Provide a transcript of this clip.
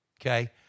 okay